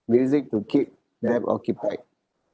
music to keep them occupied